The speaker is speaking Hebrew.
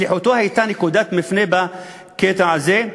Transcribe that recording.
שליחותו הייתה נקודת מפנה בקטע הזה,